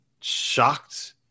shocked